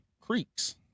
creeks